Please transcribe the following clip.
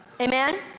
Amen